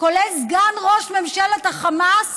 כולל סגן ראש ממשלת החמאס